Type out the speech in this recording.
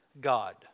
God